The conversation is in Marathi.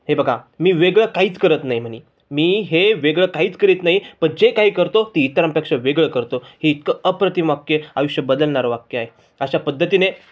हे बघा मी वेगळं काहीच करत नाही म्हणे मी हे वेगळं काहीच करीत नाही पण जे काही करतो ते इतरांपेक्षा वेगळं करतो ही इतकं अप्रतिम वाक्य आयुष्य बदलणारं वाक्य आहे अशा पद्धतीने